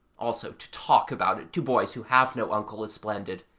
also to talk about it to boys who have no uncle is splendid,